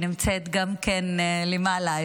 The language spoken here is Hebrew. שנמצאת למעלה,